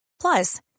Plus